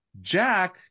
Jack